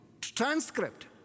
transcript